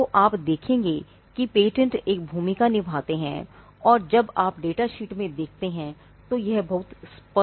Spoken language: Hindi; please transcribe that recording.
तो आप देखेंगे कि पेटेंट एक भूमिका निभाते हैं और जब आप डेटा शीट में देखते हैं तो यह बहुत स्पष्ट है